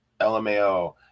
LMAO